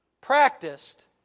practiced